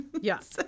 Yes